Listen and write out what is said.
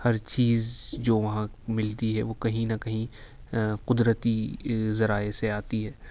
ہر چیز جو وہاں ملتی ہے وہ کہیں نہ کہیں قدرتی ذرائع سے آتی ہے